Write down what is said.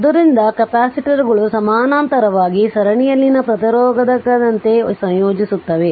ಆದ್ದರಿಂದ ಕೆಪಾಸಿಟರ್ಗಳು ಸಮಾನಾಂತರವಾಗಿ ಸರಣಿಯಲ್ಲಿನ ಪ್ರತಿರೋಧಕದಂತೆಯೇ ಸಂಯೋಜಿಸುತ್ತವೆ